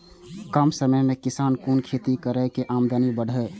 कम समय में किसान कुन खैती करै की आमदनी बढ़े?